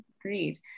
agreed